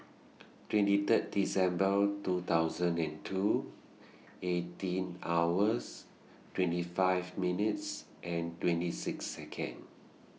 twenty Third December two thousand and two eighteen hours twenty five minutes and twenty six Second